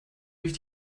durch